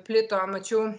plito mačiau